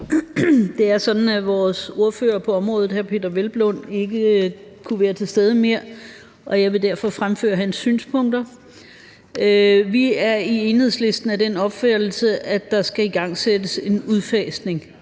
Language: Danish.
Det er sådan, at vores ordfører på området, hr. Peder Hvelplund, ikke kunne være til stede, og jeg vil derfor fremføre hans synspunkter. Vi er i Enhedslisten af den opfattelse, at der skal igangsættes en udfasning